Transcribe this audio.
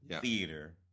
theater